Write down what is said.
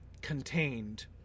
contained